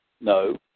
No